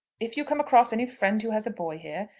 if you come across any friend who has a boy here,